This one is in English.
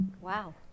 Wow